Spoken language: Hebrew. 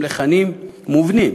עם לחנים מובנים.